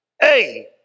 Hey